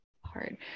hard